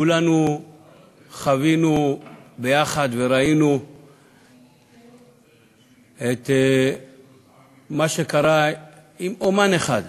כולנו חווינו יחד וראינו את מה שקרה עם אמן אחד,